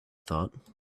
thought